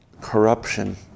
corruption